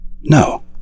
No